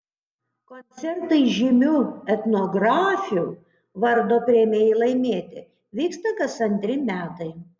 koncertai žymių etnografių vardo premijai laimėti vyksta kas antri metai